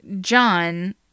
John